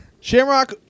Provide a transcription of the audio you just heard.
Shamrock